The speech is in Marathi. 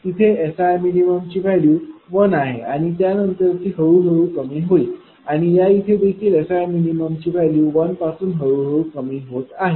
तिथे SImin ची व्हॅल्यू 1 आहे आणि त्यानंतर ती हळूहळू कमी होईल आणि या इथे देखील SImin ची व्हॅल्यू 1 पासून हळूहळू कमी होत आहे